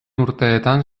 urteetan